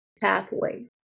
pathway